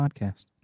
podcast